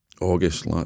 August